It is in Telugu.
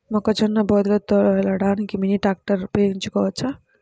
మొక్కజొన్న బోదెలు తోలడానికి మినీ ట్రాక్టర్ ఉపయోగించవచ్చా?